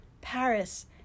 Paris